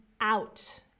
out